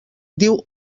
diu